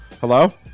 hello